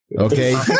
okay